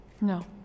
No